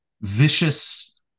vicious